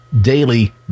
daily